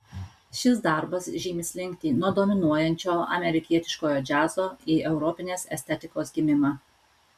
šis darbas žymi slinktį nuo dominuojančio amerikietiškojo džiazo į europinės estetikos gimimą